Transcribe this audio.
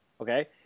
okay